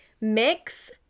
mix